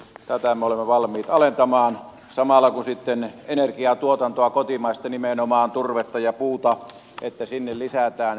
tätä me olemme valmiit alentamaan samalla kun sitten energiantuotantoon kotimaisten osalta nimenomaan turvetta ja puuta lisätään